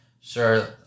sure